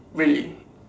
really